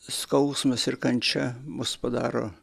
skausmas ir kančia mus padaro